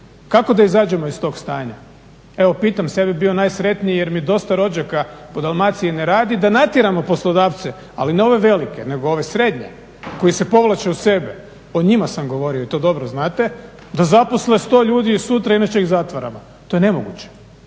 Kako da izađemo iz tog stanja? Evo pitam se. Ja bih bio najsretniji jer mi dosta rođaka po Dalmaciji ne radi, da natjeramo poslodavce ali ne ove velike nego ove srednje koji se povlače u sebe. O njima sam govorio i to dobro znate, da zaposle 100 ljudi sutra inače ih zatvaramo. To je nemoguće.